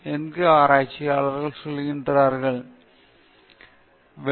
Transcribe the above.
மற்ற ஆராய்ச்சியாளர்களுக்கு பொறுப்பான வழிகாட்டிகளாக இருக்க வேண்டும் நான் ஏற்கனவே இதை குறிப்பிட்டேன்